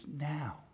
now